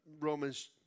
Romans